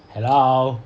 hello